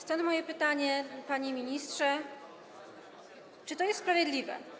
Stąd moje pytanie, panie ministrze: Czy to jest sprawiedliwe?